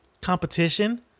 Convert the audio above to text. Competition